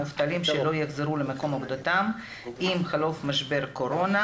מובטלים שלא יחזרו למקום עבודתם עם חלוף משבר הקורונה.